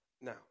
Now